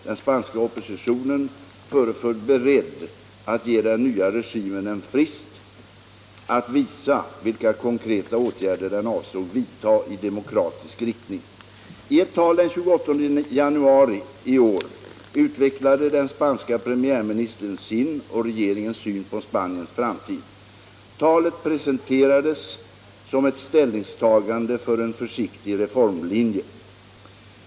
Den spanska oppositionen föreföll beredd att ge den nya regimen en frist att visa vilka konkreta åtgärder den avsåg att vidta i demokratisk riktning. I ett tal den 28 januari i år utvecklade den spanske premiärministern sin och regeringens syn på Spaniens framtid. Talet presenterades som ett ställningstagande för en försiktig reformlinje.